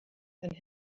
than